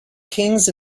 kings